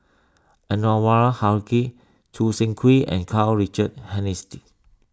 Anwarul Haque Choo Seng Quee and Karl Richard